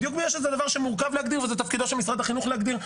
בדיוק משום שזה דבר שמורכב להגדיר וזה תפקידו של משרד החינוך להגדיר,